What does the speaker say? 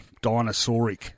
dinosauric